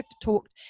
talked –